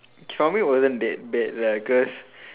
childhood wasn't that bad lah because